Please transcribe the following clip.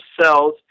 cells